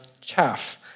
chaff